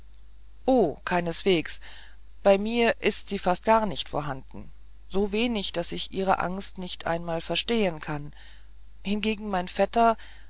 o keineswegs bei mir ist sie fast gar nicht vorhanden so wenig daß ich ihre angst nicht einmal verstehen kann hingegen mein vetter